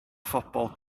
phobl